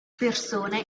persone